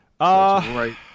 Right